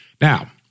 Now